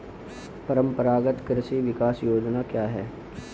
परंपरागत कृषि विकास योजना क्या है?